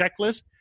checklist